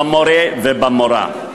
במורֶה ובמורָה.